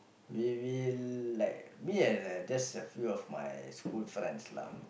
we will like me and just a few of my school friends lah